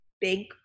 big